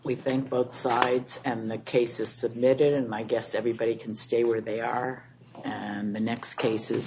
we thank both sides and the case is submitted and my guest everybody can stay where they are and the next cases